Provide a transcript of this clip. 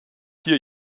hier